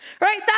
right